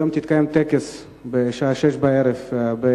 היום בשעה 18:00 יתקיים